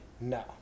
No